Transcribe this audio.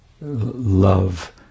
love